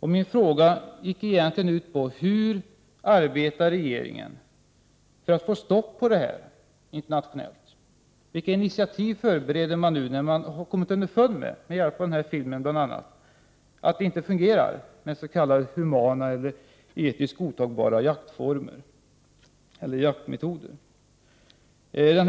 Min fråga gällde egentligen hur regeringen arbetar för att få stopp på detta internationellt och vilka initiativ man nu förbereder när man, bl.a. med hjälp av denna film, har kommit underfund med att det inte fungerar med s.k. humana eller etiskt godtagbara jaktmetoder.